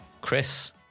Chris